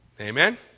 Amen